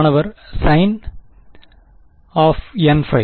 மாணவர் sine nπ